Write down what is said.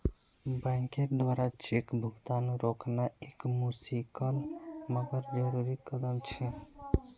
बैंकेर द्वारा चेक भुगतान रोकना एक मुशिकल मगर जरुरी कदम छे